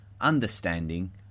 understanding